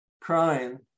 crying